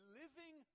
living